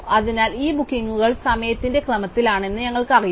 അതിനാൽ ഈ ബുക്കിംഗുകൾ സമയത്തിന്റെ ക്രമത്തിലാണ് എന്ന് ഞങ്ങൾക്ക് അറിയാം